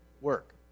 work